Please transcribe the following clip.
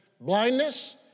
blindness